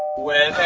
well,